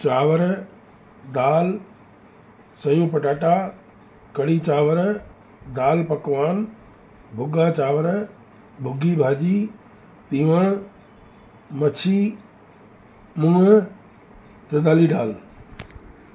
चावर दाल सयूं पटाटा कढ़ी चांवर दाल पकवान भुॻा चांवर भुॻी भाॼी तीवण मछी मूङ टीदाली दाल